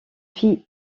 fit